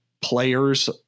players